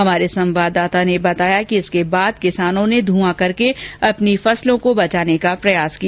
हमारे संवाददाता ने बताया कि इसके बाद किसानों ने ध्रंआ करके अपनी फसलों को बचाने का प्रयास किया